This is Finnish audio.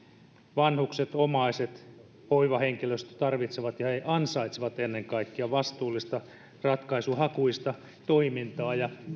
vanhukset omaiset hoivahenkilöstö tarvitsevat ja ansaitsevat ennen kaikkea vastuullista ratkaisuhakuista toimintaa